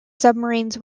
submarines